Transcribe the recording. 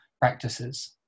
practices